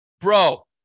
Bro